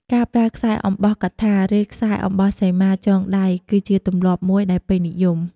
ការប្រើខ្សែអំបោះកថា ឬខ្សែអំបោះសីមា ចងដៃ គឺជាទម្លាប់មួយដែលពេញនិយម។